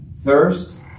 Thirst